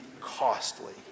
costly